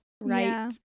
right